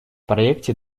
проекте